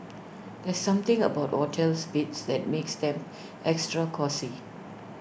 there's something about hotel's beds that makes them extra cosy